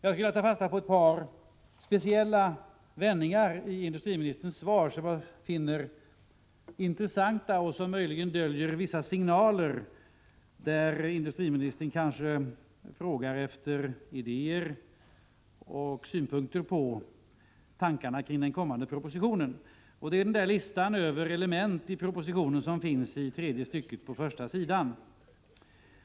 Jag skulle därefter vilja uppehålla mig vid ett par speciella vändningar i industriministerns svar, som jag finner intressanta och som möjligen döljer vissa signaler. Industriministern kanske frågar efter idéer till och synpunkter på tankarna kring den kommande propositionen. Jag avser här den lista över element i propositionen som finns i tredje stycket på svarets första sida.